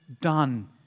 done